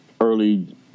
early